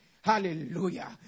Hallelujah